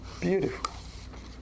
Beautiful